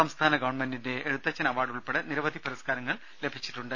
സംസ്ഥാന ഗവൺമെൻറിൻറെ എഴുത്തച്ഛൻ അവാർഡ് ഉൾപ്പെടെ നിരവധി പുരസ്കാരങ്ങൾ ലഭിച്ചിട്ടുണ്ട്